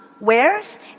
wears